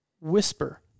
whisper